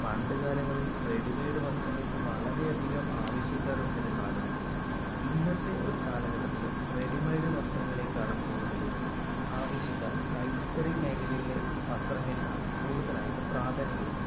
പണ്ട് കാലങ്ങള് റെഡിമെയ്ഡ് വസ്ത്രങ്ങൾക്ക് വളരെയധികം ആവിശ്യക്കാർ ഉണ്ടായിരുന്നാലും ഇന്നത്തെ ഒരു കാലഘട്ടത്തില് റെഡി മെയ്ഡ് വസ്ത്രങ്ങളെക്കാളും കൂടുതൽ ആവശ്യക്കാർ കൈത്തറി മേഖലയിലെ വസ്ത്രങ്ങൾക്കാണ് കൂടുതലായിട്ടും പ്രാധാന്യം കൊടുക്കുന്നത്